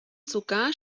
sogar